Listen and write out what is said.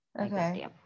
okay